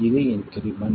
இது இன்க்ரிமெண்ட்